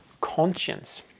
conscience